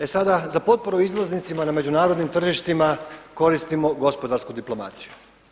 E sada za potporu izvoznicima na međunarodnim tržištima koristimo gospodarsku diplomaciju.